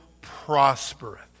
prospereth